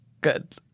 Good